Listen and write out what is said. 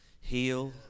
heal